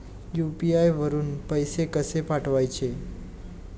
UPI वरून पैसे कसे पाठवायचे?